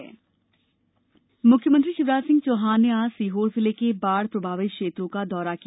मुख्यमंत्री सीहोर मुख्यमंत्री षिवराज सिंह चौहान ने आज सीहोर जिले के बाढ़ प्रभावित क्षेत्रों का दौरा किया